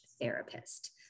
Therapist